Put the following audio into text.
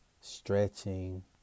stretching